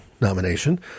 nomination